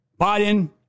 Biden